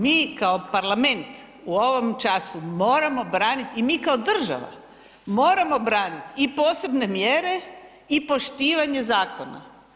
Mi kao parlament u ovom času moramo branit i mi kao država moramo branit i posebne mjere i poštivanje zakona.